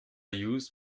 used